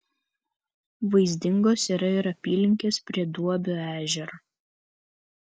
vaizdingos yra ir apylinkės prie duobio ežero